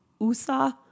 USA